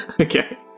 Okay